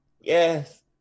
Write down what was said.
Yes